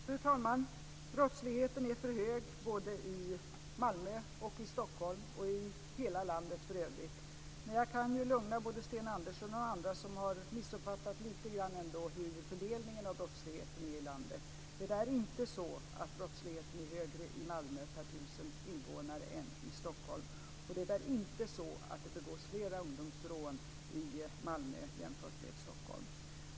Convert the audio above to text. Fru talman! Brottsligheten är för hög i både Malmö och Stockholm och i hela landet i övrigt. Men jag kan lugna både Sten Andersson och andra som har missuppfattat lite grann hur fördelningen av brottsligheten är i landet. Det är inte så att brottsligheten är högre i Malmö per tusen invånare än i Stockholm, och det är inte så att det begås fler ungdomsrån i Malmö än i Stockholm.